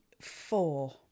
four